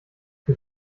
für